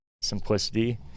simplicity